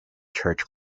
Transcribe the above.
church